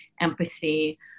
empathy